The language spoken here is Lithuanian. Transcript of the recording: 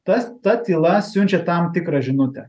tas ta tyla siunčia tam tikrą žinutę